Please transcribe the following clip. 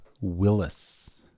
Willis